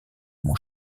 mon